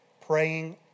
Praying